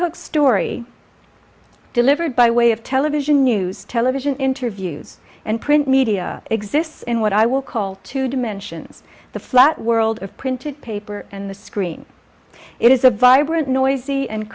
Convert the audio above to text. hook story delivered by way of television news television interviews and print media exists in what i will call two dimensions the flat world of printed paper and the screen it is a vibrant noisy and